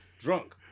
drunk